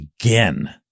again